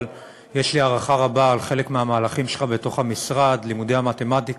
אבל יש לי הערכה רבה לחלק מהמהלכים שלך במשרד: לימודי המתמטיקה,